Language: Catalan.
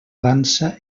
dansa